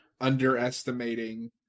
underestimating